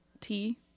tea